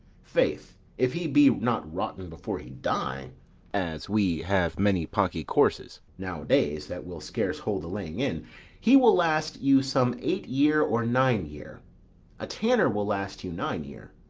faith, if he be not rotten before he die as we have many pocky corses now-a-days that will scarce hold the laying in he will last you some eight year or nine year a tanner will last you nine year.